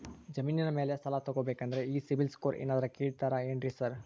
ಜಮೇನಿನ ಮ್ಯಾಲೆ ಸಾಲ ತಗಬೇಕಂದ್ರೆ ಈ ಸಿಬಿಲ್ ಸ್ಕೋರ್ ಏನಾದ್ರ ಕೇಳ್ತಾರ್ ಏನ್ರಿ ಸಾರ್?